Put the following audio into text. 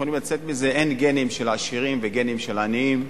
אין גנים של עשירים וגנים של עניים.